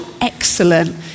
excellent